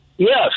Yes